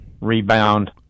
rebound